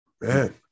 Man